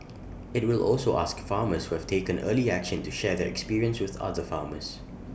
IT will also ask farmers who have taken early action to share their experience with other farmers